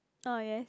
now I guess